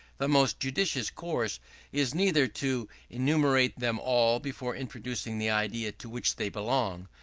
the most judicious course is neither to enumerate them all before introducing the idea to which they belong,